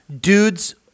dudes